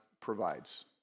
provides